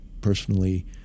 personally